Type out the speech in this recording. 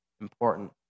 important